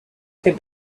fait